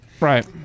Right